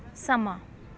ਸਮਾਂ